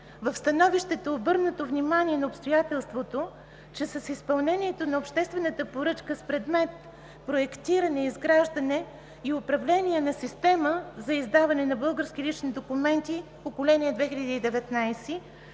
В становището е обърнато внимание на обстоятелството, че с изпълнението на обществената поръчка с предмет „Проектиране, изграждане и управление на Система за издаване на български лични документи поколение 2019“